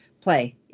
play